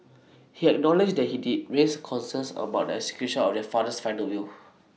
he acknowledged that he did raise concerns about execution of their father's final will